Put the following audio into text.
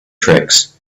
tricks